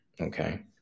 okay